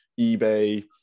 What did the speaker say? eBay